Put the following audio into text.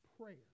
Prayer